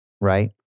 Right